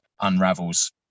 unravels